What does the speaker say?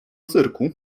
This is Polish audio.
cyrku